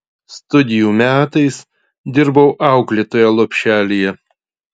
studijų metais dirbau auklėtoja lopšelyje